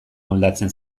moldatzen